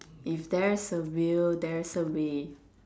if there is a will there is a way